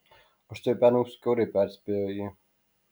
aš tuoj permirksiu kiaurai perspėjo ji